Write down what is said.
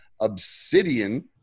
Obsidian